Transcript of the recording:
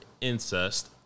incest